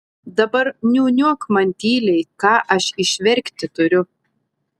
dabar niūniuok man tyliai ką aš išverkti turiu